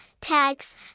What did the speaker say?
tags